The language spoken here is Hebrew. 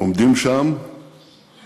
עומדים שם ומבטאים